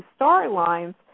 storylines